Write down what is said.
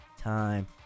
time